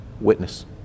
witness